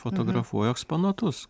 fotografuoju eksponatus